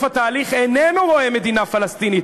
התהליך הוא איננו רואה מדינה פלסטינית,